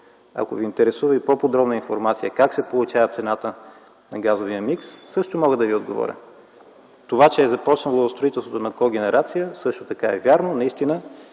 Ако Ви интересува и по-подробна информация как се получава цената на газовия микс, също мога да Ви отговоря. Това, че е започнало строителството на когенерация също така е вярно. Наистина